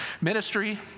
ministry